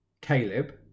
Caleb